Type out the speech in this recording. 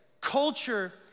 Culture